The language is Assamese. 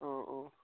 অঁ অঁ